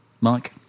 Mike